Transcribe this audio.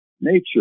nature